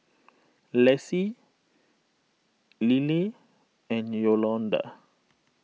Lessie Lilie and Yolonda